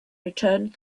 returned